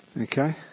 Okay